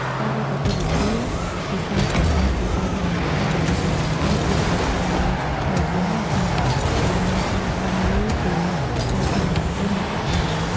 ការរៀបអាពាហ៍ពិពាហ៍ ជាសារប្រកាសជាសាធារណៈថា បុរស និងស្ត្រី គឺជាស្វាមីភរិយានឹងគ្នា ដោយមានការដឹងឮពីសាធារណជន និងសាច់ញាតិ។